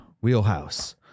wheelhouse